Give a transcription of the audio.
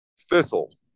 thistle